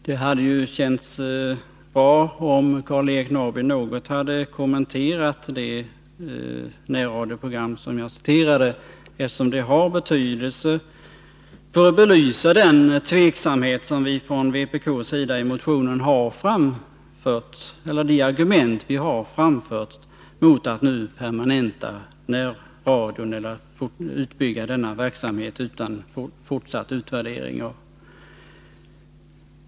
Det hade känts bra om Karl-Eric Norrby något hade kommenterat det närradioprogram som jag citerade, eftersom det har betydelse när det gäller att belysa den tveksamhet som vpk ger uttryck för i de argument som vi har framfört i motionen mot att man nu skall permanenta närradion eller bygga ut denna verksamhet utan fortsatt utvärdering.